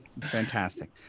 Fantastic